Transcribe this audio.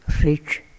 rich